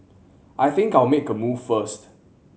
I think I'll make a move first